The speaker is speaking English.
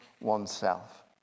oneself